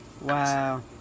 wow